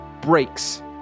breaks